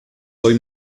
hoy